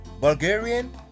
Bulgarian